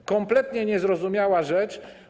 To kompletnie niezrozumiała rzecz.